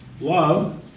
Love